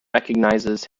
recognises